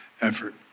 effort